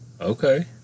Okay